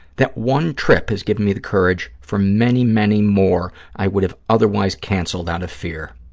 that one trip has given me the courage for many, many more i would have otherwise canceled out of fear.